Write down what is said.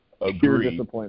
agree